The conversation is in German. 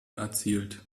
erzielt